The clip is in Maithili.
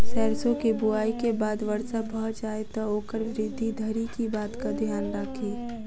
सैरसो केँ बुआई केँ बाद वर्षा भऽ जाय तऽ ओकर वृद्धि धरि की बातक ध्यान राखि?